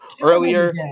earlier